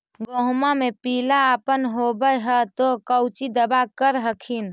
गोहुमा मे पिला अपन होबै ह तो कौची दबा कर हखिन?